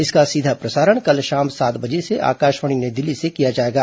इसका सीघा प्रसारण कल शाम सात बजे से आकाशवाणी नई दिल्ली से किया जाएगा